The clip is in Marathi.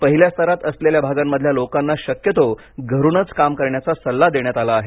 पहिल्या स्तरात असलेल्या भागांमधल्या लोकांना शक्यतो घरूनच काम करण्याचा सल्ला देण्यात आला आहे